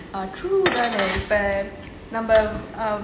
தான இப்ப:thana ippa